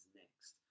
next